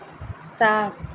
सात